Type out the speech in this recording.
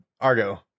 Argo